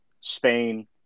Spain